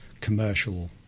commercial